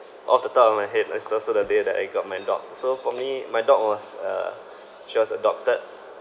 off the top of my head is also the day that I got my dog so for me my dog was uh she was adopted